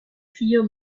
vier